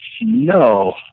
no